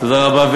תודה רבה.